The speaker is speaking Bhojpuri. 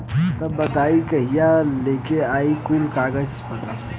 तब बताई कहिया लेके आई कुल कागज पतर?